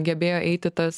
gebėjo eiti tas